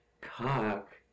cock